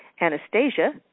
Anastasia